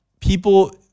people